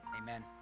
Amen